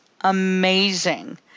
amazing